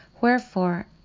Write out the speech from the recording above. Wherefore